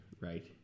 Right